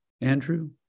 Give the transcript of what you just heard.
Andrew